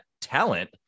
talent